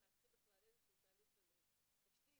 להתחיל בכלל איזשהו תהליך של תשתית,